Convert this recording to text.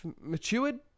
matured